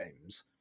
games